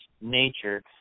nature